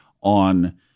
on